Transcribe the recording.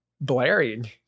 blaring